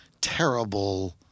terrible